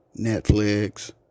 Netflix